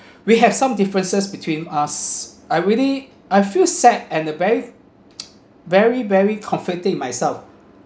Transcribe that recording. we have some differences between us I really I feel sad and the very very very comforting myself